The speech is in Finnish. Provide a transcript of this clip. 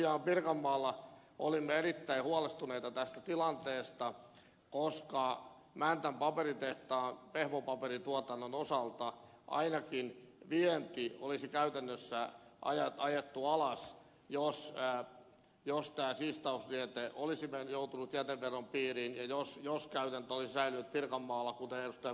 tosiaan pirkanmaalla olimme erittäin huolestuneita tästä tilanteesta koska mäntän paperitehtaan pehmopaperituotannon osalta ainakin vienti olisi käytännössä ajettu alas jos siistausliete olisi joutunut jäteveron piiriin ja jos käytäntö olisi säilynyt pirkanmaalla kuten ed